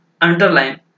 underline